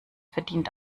verdient